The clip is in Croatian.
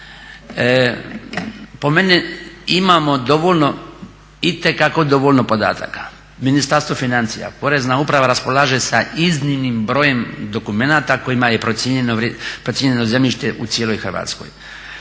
Po meni imamo dovoljno, itekako dovoljno podataka. Ministarstvo financija, Porezna uprava raspolaže sa iznimnim brojem dokumenata kojima je procijenjeno zemljište u cijeloj Hrvatskoj.